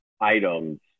items